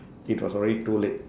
it was already too late